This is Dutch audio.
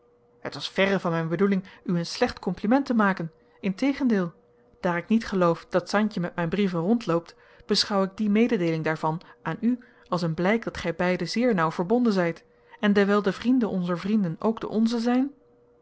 het was verre van mijn bedoeling u een slecht compliment te maken integendeel daar ik niet geloof dat santje met mijn brieven rondloopt beschouw ik die mededeeling daarvan aan u als een blijk dat gij beiden zeer nauw verbonden zijt en dewijl de vrienden onzer vrienden ook de onzen zijn